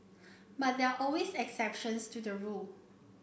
but there are always exceptions to the rule